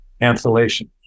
cancellation